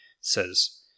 says